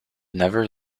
never